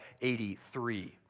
83